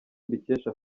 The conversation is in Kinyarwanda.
mbikesha